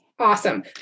Awesome